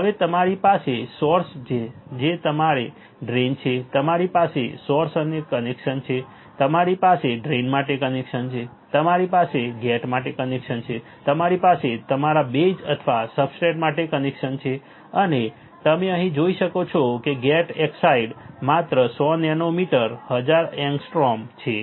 હવે તમારી પાસે સોર્સ છે તમારી પાસે ડ્રેઇન છે તમારી પાસે સોર્સ માટે કનેક્શન છે તમારી પાસે ડ્રેઇન માટે કનેક્શન છે તમારી પાસે ગેટ માટે કનેક્શન છે તમારી પાસે તમારા બેઝ અથવા સબસ્ટ્રેટ માટે કનેક્શન છે અને તમે અહીં જોઈ શકો છો ગેટ ઓક્સાઇડ માત્ર 100 નેનોમીટર 1000 એંગસ્ટ્રોમ છે